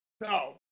No